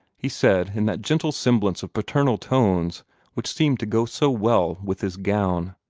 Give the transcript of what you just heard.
he said, in that gentle semblance of paternal tones which seemed to go so well with his gown.